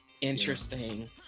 interesting